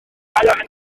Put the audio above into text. hyn